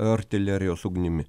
artilerijos ugnimi